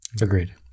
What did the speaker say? Agreed